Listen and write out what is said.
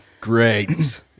Great